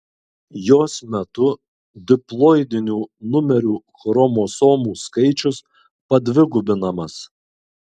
jos metu diploidinių numerių chromosomų skaičius padvigubinamas